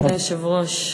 כבוד היושב-ראש,